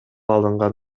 алынган